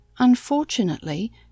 Unfortunately